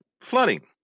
flooding